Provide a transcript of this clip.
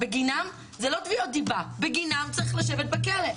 שבגינם זה לא תביעות דיבה, בגינם צריך לשבת בכלא.